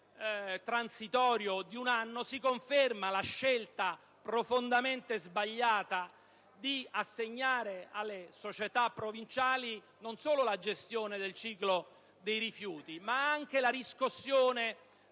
transitorio di un anno, si conferma la scelta profondamente sbagliata di assegnare alle società provinciali non solo la gestione del ciclo dei rifiuti, ma anche la riscossione